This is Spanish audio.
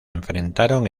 enfrentaron